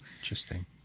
Interesting